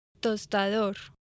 Tostador